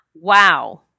Wow